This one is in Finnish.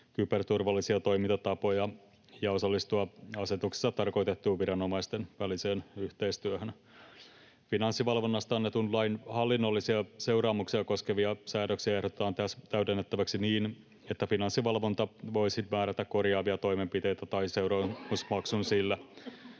kyberturvallisia toimintatapoja ja osallistua asetuksessa tarkoitettuun viranomaisten väliseen yhteistyöhön. Finanssivalvonnasta annetun lain hallinnollisia seuraamuksia koskevia säännöksiä ehdotetaan täydennettäväksi niin, että Finanssivalvonta voisi määrätä korjaavia toimenpiteitä tai seuraamusmaksun sille,